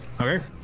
okay